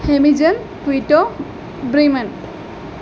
హెమిజల్ క్విటో బ్రిమన్